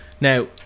Now